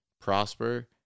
prosper